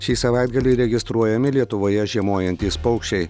šį savaitgalį registruojami lietuvoje žiemojantys paukščiai